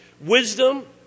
wisdom